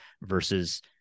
versus